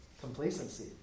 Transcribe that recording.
Complacency